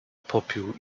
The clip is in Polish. popiół